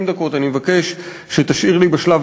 אני מבטיח שאני אקצר.